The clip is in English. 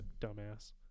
dumbass